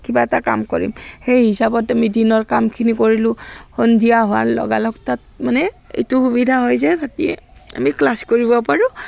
কিবা এটা কাম কৰিম সেই হিচাপত আমি দিনৰ কামখিনি কৰিলোঁ সন্ধিয়া হোৱাৰ লগালগ তাত মানে এইটো সুবিধা হয় যে ৰাতি আমি ক্লাছ কৰিব পাৰোঁ